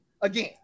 again